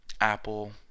Apple